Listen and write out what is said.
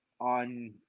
on